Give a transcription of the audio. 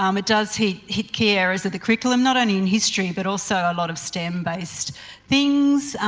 um it does hit hit key areas of the curriculum not only in history but also a lot of stem based things.